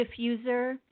diffuser